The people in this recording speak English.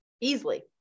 easily